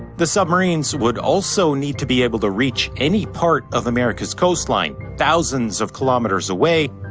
the submarines would also need to be able to reach any part of america's coastline, thousands of kilometers away.